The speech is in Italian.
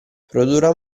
produrrà